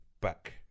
back